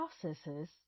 processes